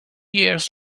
years